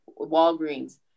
Walgreens